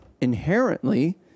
inherently